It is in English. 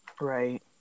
Right